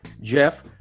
Jeff